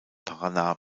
paraná